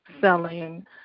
selling